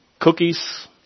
cookies